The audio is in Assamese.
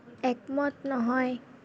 একমত নহয়